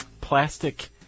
plastic